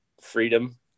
freedom